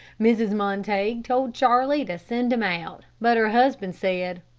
mrs. montague told charlie to send him out, but her husband said,